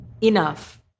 enough